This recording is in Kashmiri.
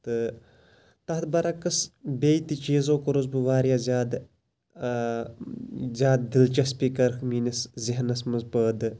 تہٕ تَتھ بَر عکس بیٚیہِ تہِ چیٖزو کوٚرُس بہٕ واریاہ زیادٕ زیادٕ دِلچسپی کٔرٕکھ میٲنِس ذہنَس مَنٛز پٲدٕ